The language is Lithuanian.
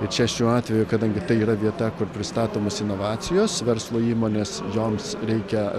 ir čia šiuo atveju kadangi tai yra vieta kur pristatomos inovacijos verslo įmonės joms reikia